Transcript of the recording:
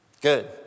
Good